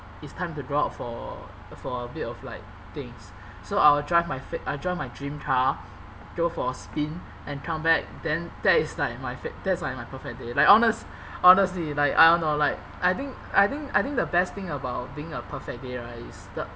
it's time to go out for a for a bit of like things so I will drive my fa~ I will drive my dream car go for a spin and come back then that is like my fa~ that is like my perfect day like honest~ honestly like I don't know like I think I think I think the best thing about being a perfect day right is the